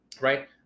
right